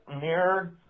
mirror